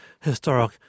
historic